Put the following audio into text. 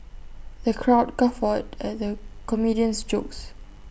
the crowd guffawed at the comedian's jokes